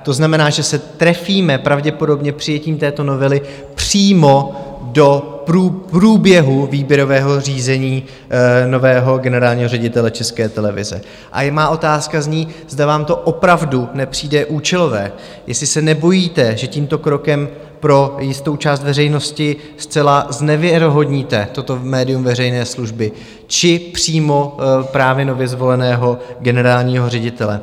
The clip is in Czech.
To znamená, že se trefíme pravděpodobně přijetím této novely přímo do průběhu výběrového řízení nového generálního ředitele České televize a má otázka zní, zda vám to opravdu nepřijde účelové, jestli se nebojíte, že tímto krokem pro jistou část veřejnosti zcela znevěrohodníte toto médium veřejné služby či přímo právě nově zvoleného generálního ředitele?